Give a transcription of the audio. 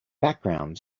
background